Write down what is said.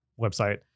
website